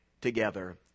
together